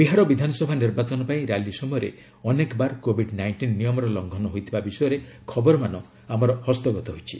ବିହାର ବିଧାନସଭା ନିର୍ବାଚନ ପାଇଁ ର୍ୟାଲି ସମୟରେ ଅନେକବାର କୋବିଡ୍ ନାଇଣ୍ଟିନ୍ ନିୟମର ଲଙ୍ଘନ ହୋଇଥିବା ବିଷୟରେ ଖବରମାନ ଆମର ହସ୍ତଗତ ହୋଇଛି